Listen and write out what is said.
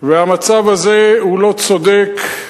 והמצב הזה הוא לא צודק.